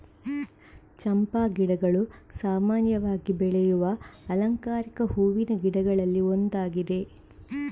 ಚಂಪಾ ಗಿಡಗಳು ಸಾಮಾನ್ಯವಾಗಿ ಬೆಳೆಯುವ ಅಲಂಕಾರಿಕ ಹೂವಿನ ಗಿಡಗಳಲ್ಲಿ ಒಂದಾಗಿವೆ